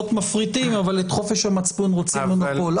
מפריטים אבל את חופש המצפון רוצים מונופול.